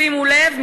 שימו לב,